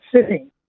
sitting